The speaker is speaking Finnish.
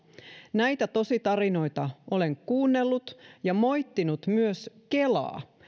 näitä tositarinoita olen kuunnellut ja olen moittinut myös kelaa